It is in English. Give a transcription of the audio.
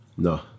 No